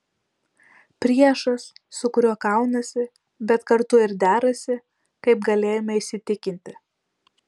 priešas su kuriuo kaunasi bet kartu ir derasi kaip galėjome įsitikinti